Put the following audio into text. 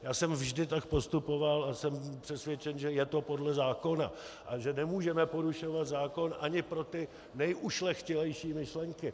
Já jsem vždy tak postupoval a jsem přesvědčen, že je to podle zákona a že nemůžeme porušovat zákon ani pro ty nejušlechtilejší myšlenky.